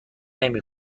نمی